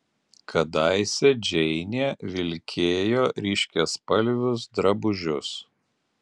kadaise džeinė vilkėjo ryškiaspalvius drabužius